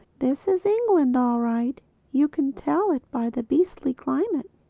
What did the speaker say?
this is england all right you can tell it by the beastly climate.